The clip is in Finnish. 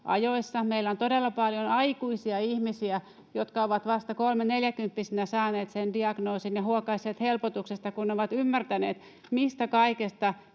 ajoissa. Meillä on todella paljon aikuisia ihmisiä, jotka ovat vasta kolme‑, neljäkymppisinä saaneet sen diagnoosin ja huokaisseet helpotuksesta, kun ovat ymmärtäneet, mistä kaikesta